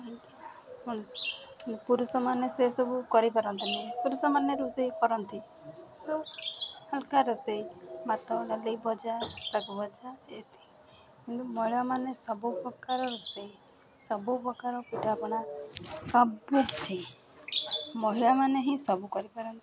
ପୁରୁଷମାନେ ସେ ସବୁ କରିପାରନ୍ତି ନାହିଁ ପୁରୁଷମାନେ ରୋଷେଇ କରନ୍ତି ହାଲକା ରୋଷେଇ ଭାତ ଡାଲି ଭଜା ଶାଗ ଭଜା ଏତିକି କିନ୍ତୁ ମହିଳାମାନେ ସବୁ ପ୍ରକାର ରୋଷେଇ ସବୁ ପ୍ରକାର ପିଠାପଣା ସବୁକିଛି ମହିଳାମାନେ ହିଁ ସବୁ କରିପାରନ୍ତି